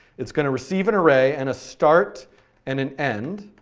it's going to receive an array and a start and an end,